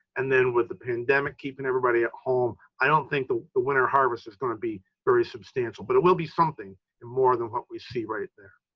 and then with the pandemic keeping everybody at home, i don't think the the winter harvest is going to be very substantial, but it will be something and more than what we see right there.